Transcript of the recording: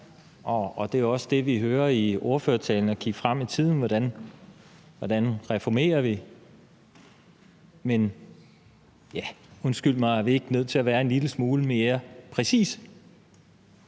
og det er også det, vi hører i ordførertalen, altså at kigge frem i tiden, og hvordan vi reformerer. Men undskyld mig, er vi ikke nødt til at være en lille smule mere præcise?